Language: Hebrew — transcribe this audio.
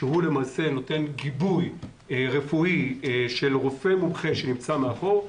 שלמעשה נותן גיבוי רפואי של רופא מומחה שנמצא מאחור.